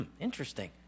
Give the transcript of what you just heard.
interesting